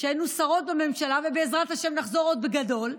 שהיינו שרות בממשלה ובעזרת השם עוד נחזור בגדול,